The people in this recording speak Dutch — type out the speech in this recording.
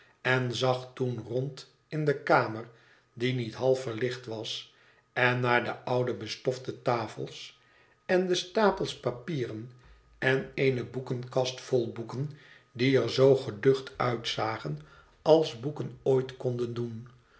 en zag toen rond in de kamer die niet half verlicht was en naar de oude bestofte tafels en de stapels papieren en eene boekenkast vol boeken die er zoo geducht uitzagen als boeken ooit konden doen